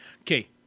Okay